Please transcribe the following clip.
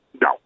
No